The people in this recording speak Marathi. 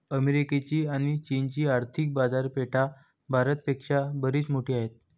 अमेरिकेची आणी चीनची आर्थिक बाजारपेठा भारत पेक्षा बरीच मोठी आहेत